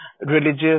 religious